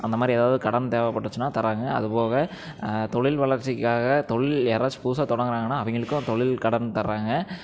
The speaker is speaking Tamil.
அந்தமாதிரி எதாவது கடன் தேவைப்பட்டுச்சினா தராங்க அது போக தொழில் வளர்ச்சிக்காக தொழில் யாராச்சும் புதுசாக தொடங்கினாங்கனா அவங்களுக்கு தொழில் கடன் தராங்க